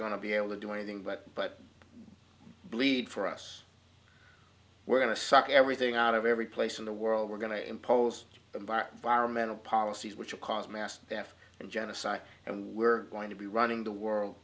going to be able to do anything but but bleed for us we're going to suck everything out of every place in the world we're going to impose a bar vironment of policies which will cause mass death and genocide and we're going to be running the world